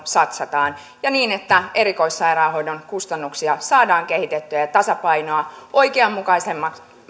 satsataan ja niin että erikoissairaanhoidon kustannuksia saadaan kehitettyä ja tasapainoa oikeanmukaisemmaksi